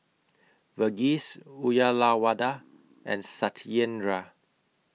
Verghese Uyyalawada and Satyendra